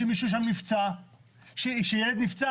כשילד נפצע,